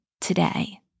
today